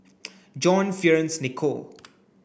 John Fearns Nicoll